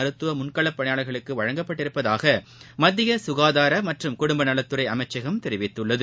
மருத்துவமுன்களபணியாளர்களுக்குஅளிக்கப்பட்டுள்ளதாகமத்தியசுகாதாரமற்றும் குடும்பநலத்துறைஅமைச்சகம் தெரிவித்துள்ளது